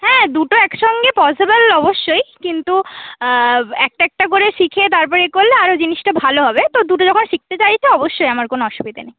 হ্যাঁ দুটো একসঙ্গে পসিবল অবশ্যই কিন্তু একটা একটা করে শিখে তারপরে করলে আরও জিনিসটা ভালো হবে তো দুটো যখন শিখতে চাইছে অবশ্যই আমার কোনো অসুবিধে নেই